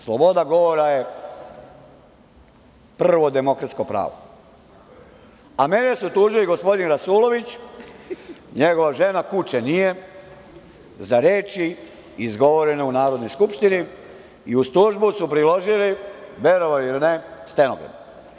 Sloboda govora je prvo demokratsko pravo, a mene su tužili gospodin Rasulović, njegova žena, kuče nije za reči izgovorene u Narodnoj skupštini i uz tužbu su priložili, verovali ili ne, stenogram.